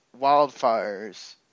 wildfires